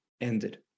ended